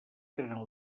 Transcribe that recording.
tenen